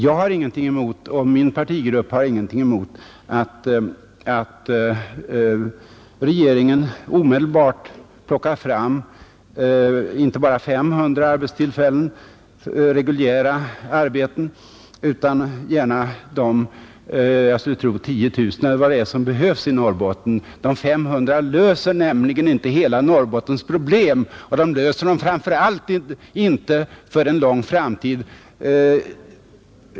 Min partigrupp och jag har ingenting emot att regeringen omedelbart plockar fram inte bara 500 reguljära arbeten utan gärna de 10 000 — eller hur många det kan vara — som behövs i Norrbotten. De 500 jobben löser inte hela Norrbottens problem — och framför allt löser de inte problemen för lång tid framöver.